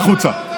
החוצה.